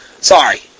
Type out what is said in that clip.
Sorry